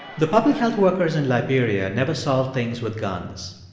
the public health workers in liberia never solved things with guns.